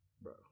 bro